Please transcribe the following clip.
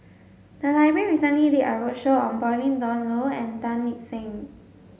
the library recently did a roadshow on Pauline Dawn Loh and Tan Lip Seng